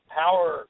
power